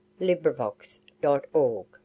LibriVox.org